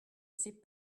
ces